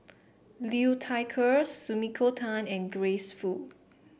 Liu Thai Ker Sumiko Tan and Grace Fu